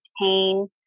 pain